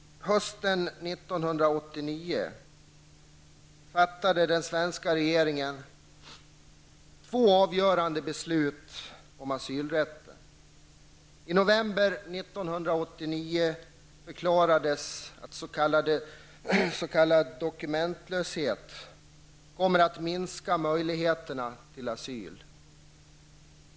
Hösten 1989 fattade den svenska regeringen två avgörande beslut om asylrätten. I november 1989 förklarades att s.k. dokumentlöshet kommer att minska möjligheterna till asyl.